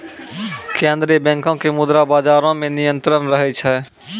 केन्द्रीय बैंको के मुद्रा बजारो मे नियंत्रण रहै छै